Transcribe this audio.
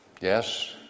yes